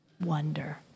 Wonder